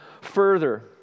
further